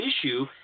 issue